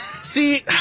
See